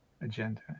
agenda